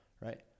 right